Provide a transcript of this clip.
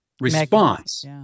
response